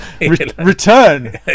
return